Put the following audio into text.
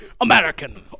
American